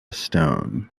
stone